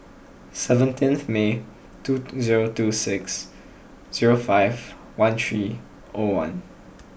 seventeenth May two zero two six zero five one three O one